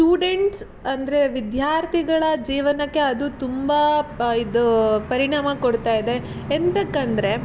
students ಅಂದರೆ ವಿದ್ಯಾರ್ಥಿಗಳ ಜೀವನಕ್ಕೆ ಅದು ತುಂಬ ಪ ಇದು ಪರಿಣಾಮ ಕೊಡ್ತಾ ಇದೆ ಎಂತಕ್ಕಂದರೆ